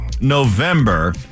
November